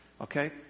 Okay